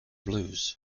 blues